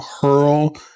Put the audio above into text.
hurl